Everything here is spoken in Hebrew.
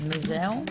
וזהו?